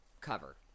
cover